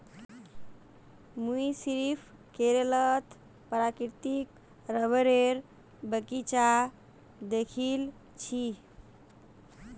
मुई सिर्फ केरलत प्राकृतिक रबरेर बगीचा दखिल छि